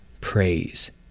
praise